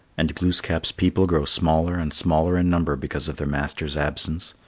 and glooskap's people grow smaller and smaller in number because of their master's absence,